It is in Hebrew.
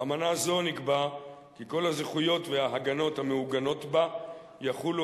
באמנה זו נקבע כי כל הזכויות וההגנות המעוגנות בה יחולו